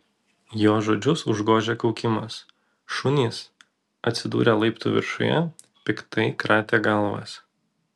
jo žodžius užgožė kaukimas šunys atsidūrę laiptų viršuje piktai kratė galvas